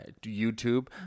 youtube